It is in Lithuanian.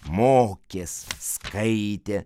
mokės skaitė